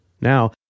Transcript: Now